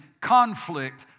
conflict